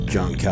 John